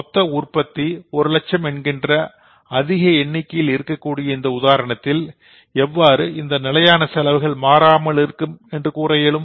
மொத்த உற்பத்தி ஒரு லட்சம் என்கின்ற அதிக எண்ணிக்கையில் இருக்கக்கூடிய இந்த உதாரணத்தில் எவ்வாறு இந்த நிலையான செலவுகள் மாறாமல் இருக்கும் என்று கூற இயலும்